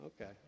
Okay